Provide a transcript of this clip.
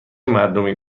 مردمی